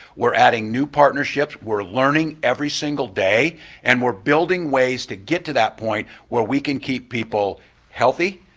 we're adding new partnerships, we're learning every single day and we're building ways to get to that point where we can keep people healthy,